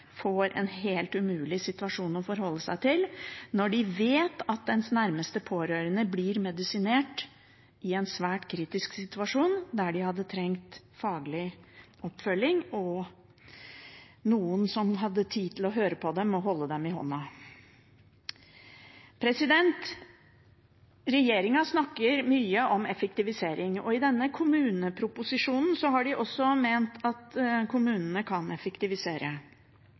får en helt umulig situasjon å forholde seg til, når de vet at deres nærmeste pårørende i en svært kritisk situasjon blir medisinert der de hadde trengt faglig oppfølging og noen som hadde hatt tid til å høre på dem og holde dem i hånden. Regjeringen snakker mye om effektivisering. I denne kommuneproposisjonen har de også ment at kommunene kan effektivisere.